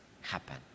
happen